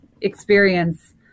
experience